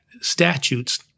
statutes